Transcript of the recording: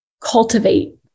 cultivate